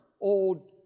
old